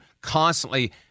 constantly